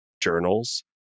journals